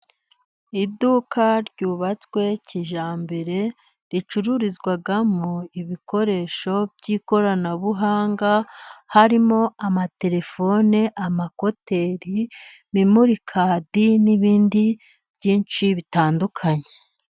Iduka ryubatswe kijyambere, ricururizwamo ibikoresho by'ikoranabuhanga, harimo amaterefone, amakuteri, memorikadi, n'ibindi byinshi bitandukanye.